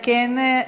אם כן,